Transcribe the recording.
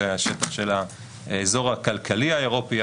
זה השטח של האזור הכלכלי האירופי,